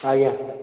ଆଜ୍ଞା